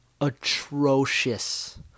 atrocious